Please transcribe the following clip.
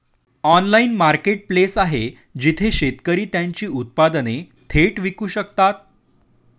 Online marketplace आहे जिथे शेतकरी त्यांची उत्पादने थेट विकू शकतात?